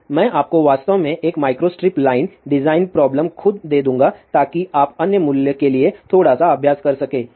तो मैं आपको वास्तव में एक माइक्रोस्ट्रिप लाइन डिज़ाइन प्रॉब्लम खुद दे दूंगा ताकि आप अन्य मूल्य के लिए थोड़ा सा अभ्यास कर सकें